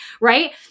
right